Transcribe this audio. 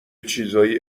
چیزهایی